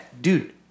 Dude